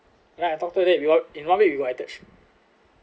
and then I told her that you know in one week we got attached